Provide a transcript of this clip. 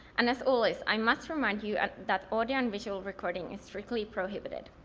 and as always, i must remind you and that audio and visual recording is strictly prohibited.